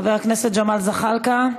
חבר הכנסת ג'מאל זחאלקה,